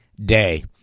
day